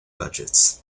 budgets